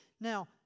Now